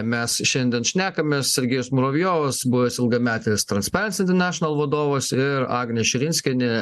mes šiandien šnekamės sergejus muravjovas buvęs ilgametis transparency international vadovas ir agnė širinskienė